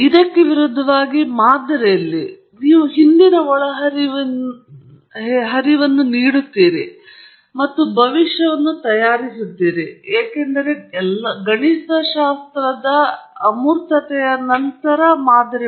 ಇದಕ್ಕೆ ವಿರುದ್ಧವಾಗಿ ಮಾದರಿಯಲ್ಲಿ ನೀವು ಹಿಂದಿನ ಒಳಹರಿವಿನ ಆಹಾರವನ್ನು ಹೀಗೆ ನೀಡುತ್ತೀರಿ ಮತ್ತು ಭವಿಷ್ಯವನ್ನು ತಯಾರಿಸುತ್ತಾರೆ ಏಕೆಂದರೆ ಎಲ್ಲಾ ಗಣಿತಶಾಸ್ತ್ರದ ಅಮೂರ್ತತೆಯ ನಂತರ ಮಾದರಿ